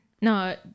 no